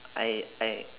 I I